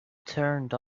turned